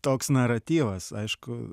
toks naratyvas aišku